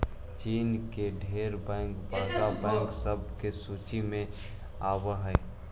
चीन के ढेर बैंक बड़का बैंक सब के सूची में आब हई